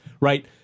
right